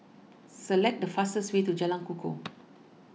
select the fastest way to Jalan Kukoh